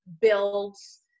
builds